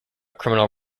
criminal